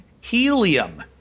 helium